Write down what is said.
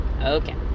Okay